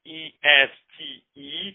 e-s-t-e